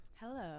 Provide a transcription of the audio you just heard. Hello